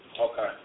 Okay